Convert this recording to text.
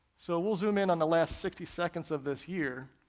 so we'll zoom in on the last sixty seconds of this year,